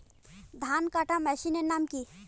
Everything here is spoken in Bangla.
ধান কাটার মেশিনের নাম কি?